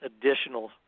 additional